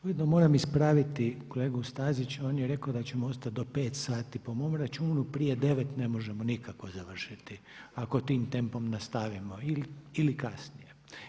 Ujedno moram ispraviti kolegu Stazića on je rekao da ćemo ostati do pet sati, po mom računu prije devet ne možemo nikako završiti ako tim tempom nastavimo ili kasnije.